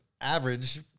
average